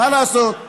מה לעשות,